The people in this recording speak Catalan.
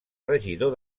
regidor